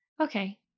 okay